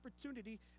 opportunity